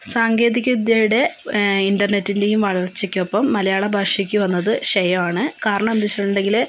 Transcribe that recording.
സാങ്കേതിക വിദ്യയുടെ ഇൻ്റർനെറ്റിൻ്റെയും വളർച്ചയ്ക്കൊപ്പം മലയാള ഭാഷയ്ക്ക് വന്നത് ക്ഷയമാണ് കാരണം എന്തെ വച്ചിട്ടുണ്ടെങ്കിൽ